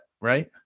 right